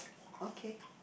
okay